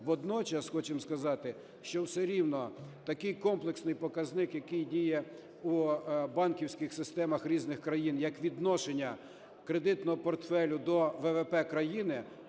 Водночас хочемо сказати, що все рівно такий комплексний показник, який діє у банківських системах різних країн, як відношення кредитного портфелю до ВВП країни,